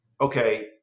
Okay